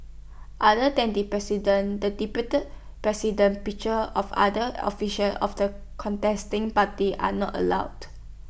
other than the president the deputy president pictures of other officials of the contesting parties are not allowed